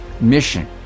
mission